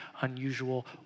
unusual